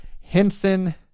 Henson